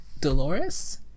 Dolores